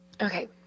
Okay